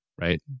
Right